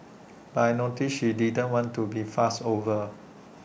but I noticed she didn't want to be fussed over